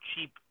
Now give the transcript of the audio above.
cheap